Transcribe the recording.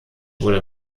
wurde